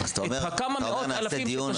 אלא כמה מאות אלפים מתושבי אילת.